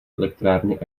elektrárny